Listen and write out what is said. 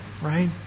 right